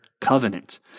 Covenant